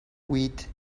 wheat